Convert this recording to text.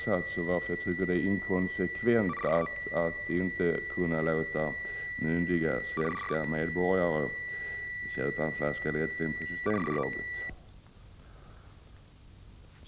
Jag tycker att det är inkonsekvent att inte låta myndiga svenska medborgare köpa en flaska lättvin på Systembolaget.